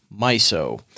Miso